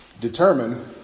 determine